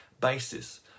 basis